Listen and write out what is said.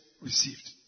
received